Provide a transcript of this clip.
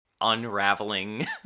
unraveling